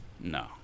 No